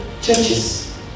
churches